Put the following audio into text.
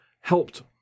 helped